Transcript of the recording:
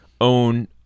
own